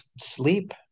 sleep